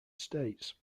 states